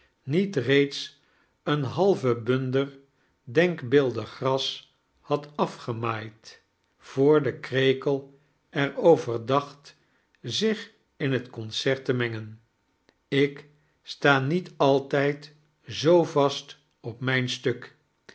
niet reeds een halven bunder denkbeeldig gras had afgemaaid voor de toekei w oveir dacht zich in het concert te mengeh ik ste niet altijd zoo vast op mijn stuk